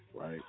right